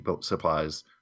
supplies